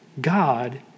God